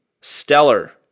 stellar